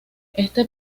este